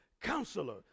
counselor